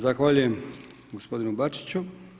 Zahvaljujem gospodinu BAčiću.